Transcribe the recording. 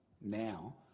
now